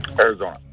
Arizona